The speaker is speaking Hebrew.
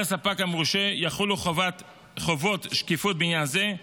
על הספק המורשה יחולו חובות שקיפות בעניין זה,